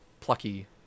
plucky